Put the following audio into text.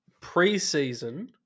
preseason